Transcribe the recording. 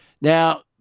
Now